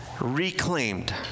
reclaimed